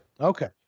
Okay